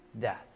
death